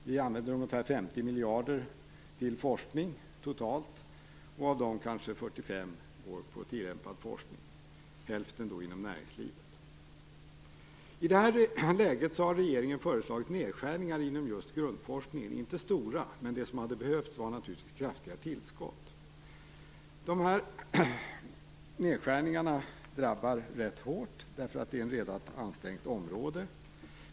Vi använder totalt ungefär 50 miljarder till forskning, och av dessa går kanske 45 miljarder till tillämpad forskning, hälften inom näringslivet. I det läget har regeringen föreslagit nedskärningar inom just grundforskningen. De är inte stora, men det hade naturligtvis behövts kraftiga tillskott. Nedskärningarna drabbar ganska hårt, därför att det rör sig om ett redan ansträngt område.